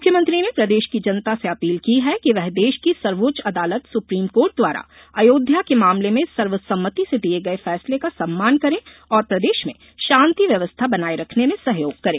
मुख्यमंत्री ने प्रदेश की जनता से अपील की है कि वे देश की सर्वोच्च अदालत सुप्रीम कोर्ट द्वारा अयोध्या के मामले में सर्वसम्मति से दिए गए फैसले का सम्मान करें और प्रदेश में शांति व्यवस्था बनाए रखने में सहयोग करें